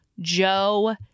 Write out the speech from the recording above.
Joe